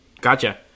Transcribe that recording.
Gotcha